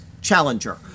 challenger